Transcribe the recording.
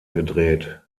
gedreht